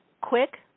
quick